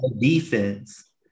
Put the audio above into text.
defense